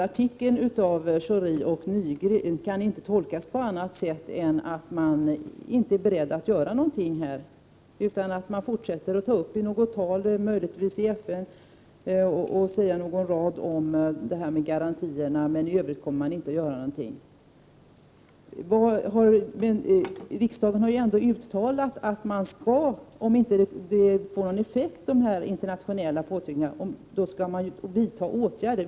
Artikeln av Schori och Nygren kan inte tolkas på annat sätt än att man inte är beredd att göra något mer än att fortsätta att möjligtvis ta upp den här frågan i något tal i FN och säga några ord om garantierna. I övrigt kommer man inte att göra någonting. Men riksdagen har ju ändå uttalat att man, om de internationella påtryckningarna inte får någon effekt, skall vidta åtgärder.